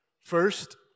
First